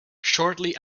shortly